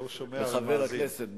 וחבר הכנסת בוים.